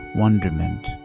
wonderment